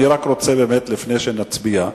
לפני שנצביע,